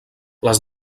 les